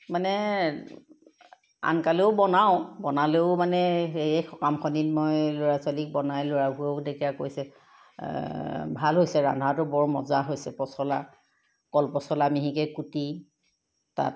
মানে আনকালেও বনাওঁ বনালেও মানে সেই সকামখনিত মই ল'ৰা ছোৱালীক বনাই ল'ৰাবোৰক তেতিয়া কৈছে ভাল হৈছে ৰন্ধাটো বৰ মজা হৈছে পচলা কলপচলা মিহিকৈ কুটি তাত